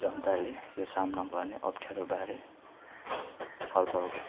जनताले यो सामना गर्ने अप्ठ्यारोबारे छलफल